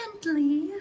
gently